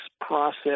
process